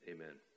Amen